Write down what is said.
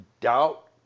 doubt